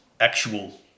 Actual